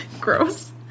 Gross